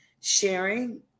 sharing